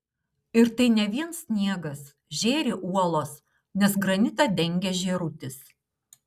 ir tai ne vien sniegas žėri uolos nes granitą dengia žėrutis